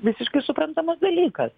visiškai suprantamas dalykas